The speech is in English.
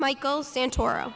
michael santoro